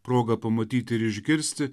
proga pamatyti ir išgirsti